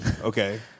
Okay